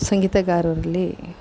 ಸಂಗೀತಗಾರರಲ್ಲಿ